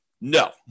No